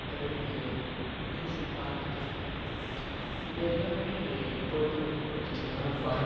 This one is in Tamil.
ரேடியோ மியூசிக் பாட்டு கேட்கறது இது எல்லாமே பொழுதுபோக்கு நிகழ்ச்சியில் தான் வரும்